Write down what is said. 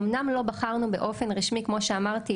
אמנם לא בחרנו באופן רשמי כמו שאמרתי,